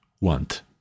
want